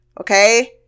Okay